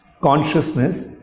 consciousness